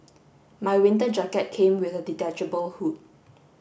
my winter jacket came with a detachable hood